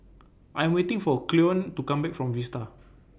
I'm waiting For Cleone to Come Back from Vista